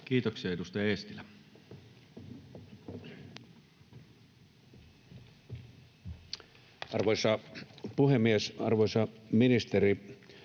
Kiitoksia. — Edustaja Eestilä. Arvoisa puhemies! Arvoisa ministeri!